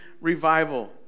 revival